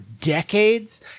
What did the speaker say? decades